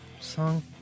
song